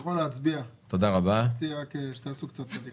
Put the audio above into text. פותח את ישיבת ועדת הכספים.